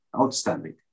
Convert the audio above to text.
Outstanding